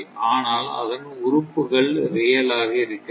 அனால் அதன் உறுப்புகள் ரியல் ஆக இருக்கிறது